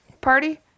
Party